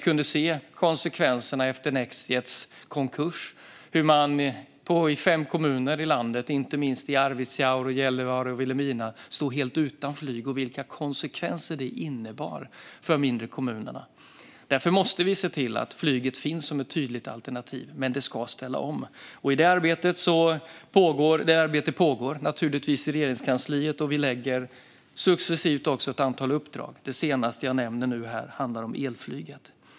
Konsekvenserna av Nextjets konkurs var att fem mindre kommuner i landet, bland annat Arvidsjaur, Gällivare och Vilhelmina, helt stod utan flyg. Därför måste vi se till att flyget finns som ett tydligt alternativ - men det ska ställa om. Det arbetet pågår naturligtvis i Regeringskansliet, och vi lägger successivt också ett antal uppdrag. Det senaste som jag nämner här handlar om elflyget.